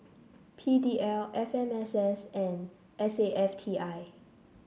P D L F M S S and S A F T I